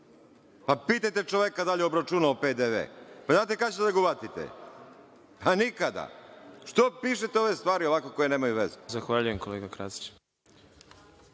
Pa, pitajte čovek da li je obračunao PDV. Znate, kada ćete da ga uhvatite. Pa, nikada. Što pišete ove stvari ovako koje nemaju veze.